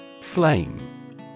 Flame